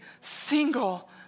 single